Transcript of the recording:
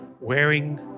wearing